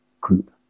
group